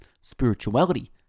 spirituality